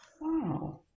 Wow